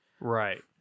Right